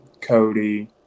cody